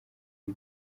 ibi